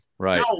right